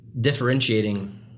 differentiating